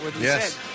Yes